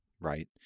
right